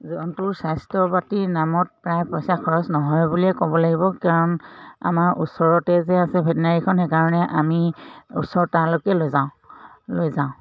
জন্তুৰ স্বাস্থ্য পাতিৰ নামত প্ৰায় পইচা খৰচ নহয় বুলিয়ে ক'ব লাগিব কাৰণ আমাৰ ওচৰতে যে আছে ভেটেনেৰিখন সেইকাৰণে আমি ওচৰ তালৈকে লৈ যাওঁ লৈ যাওঁ